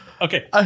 Okay